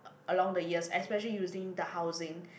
along the years especially using the housing